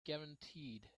guaranteed